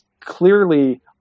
clearly